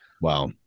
Wow